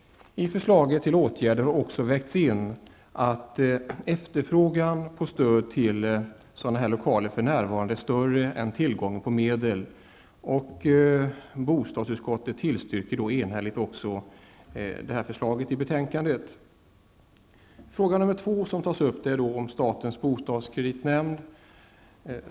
I förslaget till åtgärder har också vägts in att efterfrågan på stöd till ickestatliga kulturlokaler för närvarande är större än tillgången på medel. Bostadsutskottet tillstyrker också enhälligt förslaget i sitt betänkande. Den andra frågan gäller statens bostadskreditnämnd.